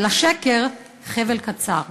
לשקר חבל קצר.